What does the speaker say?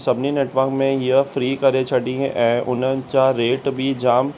सभिनी नेटवर्क में हीअ फ्री करे छॾी ऐं उन जा रेट बि जामु